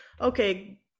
okay